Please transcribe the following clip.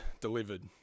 delivered